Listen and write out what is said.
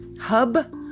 hub